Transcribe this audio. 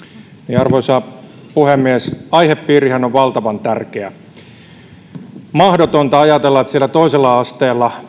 arvoisa puhemies aihepiirihän on valtavan tärkeä on mahdotonta ajatella että siellä toisella asteella